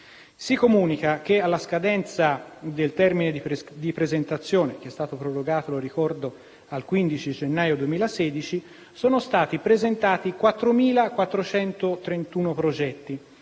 Si comunica che alla scadenza del termine di presentazione, prorogato - lo ricordo - al 15 gennaio 2016, sono stati presentati 4.431 progetti